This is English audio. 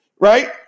right